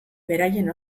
beraien